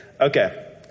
Okay